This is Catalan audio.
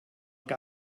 que